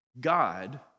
God